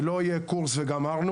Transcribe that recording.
זה לא יהיה קורס וגמרנו,